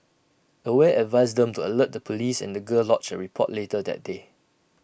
aware advised them to alert the Police and the girl lodged A report later that day